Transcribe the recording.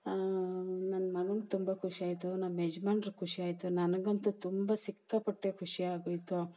ನನ್ನ ಮಗನ್ಗೆ ತುಂಬ ಖುಷ್ಯಾಯ್ತು ನಮ್ಮ ಯಜ್ಮಾನ್ರಿಗ್ ಖುಷ್ಯಾಯ್ತು ನನಗಂತು ತುಂಬ ಸಿಕ್ಕಾಪಟ್ಟೆ ಖುಷ್ಯಾಗೋಯ್ತು